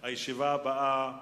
את הוועדות הבאות